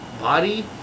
body